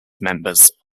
members